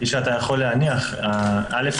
כפי שאתה יכול להניח אל"ף,